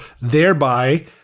thereby